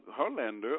Herlander